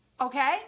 Okay